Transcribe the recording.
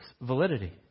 validity